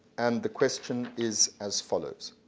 and the question is as follows